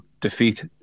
defeat